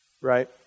right